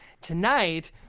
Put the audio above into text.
tonight